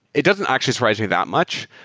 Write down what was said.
it doesn't actually surprising that much,